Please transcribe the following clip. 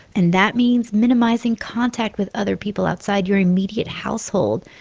and that means minimizing contact with other people outside your immediate household.